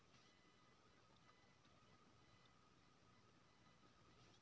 customer के सबसे पहला ई बैंकिंग आर मोबाइल बैंकिंग मां सुरक्षा बहुत जरूरी अच्छा